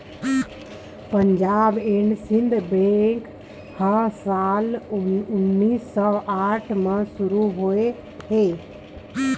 Punjab and Sind bank ह साल उन्नीस सौ आठ म शुरू होए हे